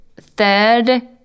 third